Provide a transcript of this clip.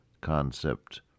concept